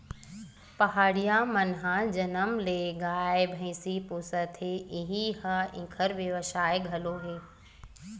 पहाटिया मन ह जनम ले गाय, भइसी पोसत हे इही ह इंखर बेवसाय घलो हे